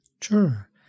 Sure